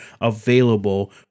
available